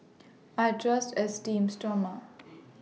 I Trust Esteem Stoma